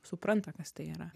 supranta kas tai yra